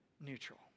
neutral